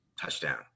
touchdown